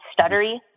stuttery